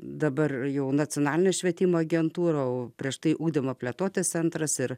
dabar jau nacionalinė švietimo agentūra o prieš tai ugdymo plėtotės centras ir